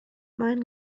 mind